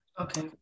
okay